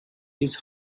his